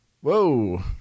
Whoa